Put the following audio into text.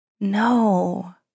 No